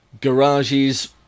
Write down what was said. garages